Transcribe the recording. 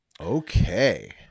Okay